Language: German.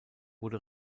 wurde